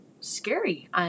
scary